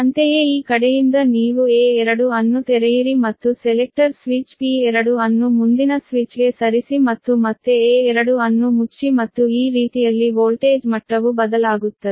ಅಂತೆಯೇ ಈ ಕಡೆಯಿಂದ ನೀವು A2 ಅನ್ನು ತೆರೆಯಿರಿ ಮತ್ತು ಸೆಲೆಕ್ಟರ್ ಸ್ವಿಚ್ P2 ಅನ್ನು ಮುಂದಿನ ಸ್ವಿಚ್ಗೆ ಸರಿಸಿ ಮತ್ತು ಮತ್ತೆ A2 ಅನ್ನು ಮುಚ್ಚಿ ಮತ್ತು ಈ ರೀತಿಯಲ್ಲಿ ವೋಲ್ಟೇಜ್ ಮಟ್ಟವು ಬದಲಾಗುತ್ತದೆ